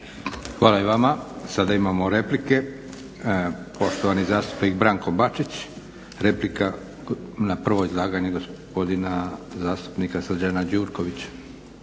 Hvala i vama. Sada imamo replike. Poštovani zastupnik Branko Bačić, replika na prvo izlaganje gospodina zastupnika Srđana Gjurkovića.